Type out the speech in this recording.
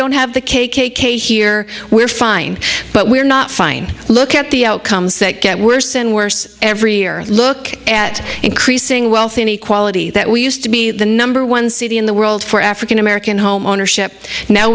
don't have the k k k here we're fine but we're not fine look at the outcomes that get worse and worse every year look at increasing wealth inequality that we used to be the number one city in the world for african american homeownership